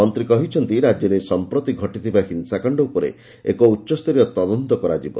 ମନ୍ତ୍ରୀ କହିଛନ୍ତି ରାଜ୍ୟରେ ସମ୍ପ୍ରତି ଘଟିଥିବା ହିଂସାକାଣ୍ଡ ଉପରେ ଏକ ଉଚ୍ଚସ୍ତରୀୟ ତଦନ୍ତ କରାଯିବ